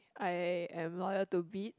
I am loyal to Beats